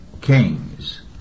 kings